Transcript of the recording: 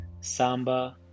Samba